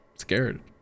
Scared